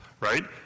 right